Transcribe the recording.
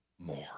more